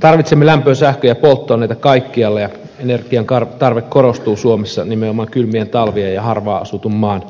tarvitsemme lämpöä sähköä ja polttoaineita kaikkialle ja energian tarve korostuu suomessa nimenomaan kylmien talvien harvaan asutun maan